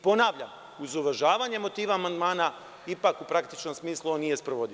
Ponavljam, uz uvažavanje motiva amandmana, ipak u praktičnom smislu on nije sprovodiv.